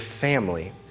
family